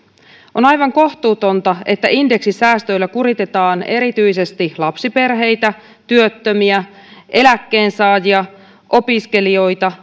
on aivan kohtuutonta että indeksisäästöillä kuritetaan erityisesti lapsiperheitä työttömiä eläkkeensaajia opiskelijoita